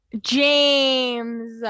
james